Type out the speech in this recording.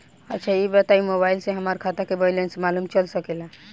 अच्छा ई बताईं और मोबाइल से हमार खाता के बइलेंस मालूम चल सकेला?